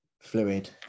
fluid